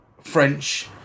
French